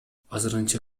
азырынча